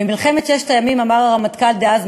במלחמת ששת הימים אמר הרמטכ"ל דאז,